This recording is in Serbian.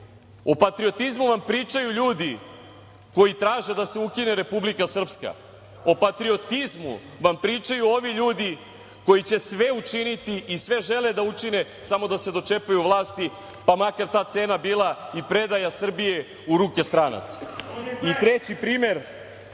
O patriotizmu vam pričaju ljudi koji traže da se ukine Republika Srpska. O patriotizmu vam pričaju ovi ljudi koji će sve učiniti i sve žele da učine samo da se dočepaju vlasti, pa makar ta cena bila i predaja Srbije u ruke stranaca. Treći primer